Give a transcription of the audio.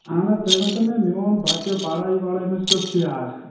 اَہن حظ تُہۍ ؤنۍتَو مےٚ میٛون بچہٕ پڑھایہِ وڑھیایہِ منٛز کیُتھ چھُ یہِ حظ